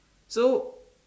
so